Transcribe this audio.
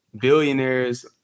Billionaires